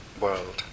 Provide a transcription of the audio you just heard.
world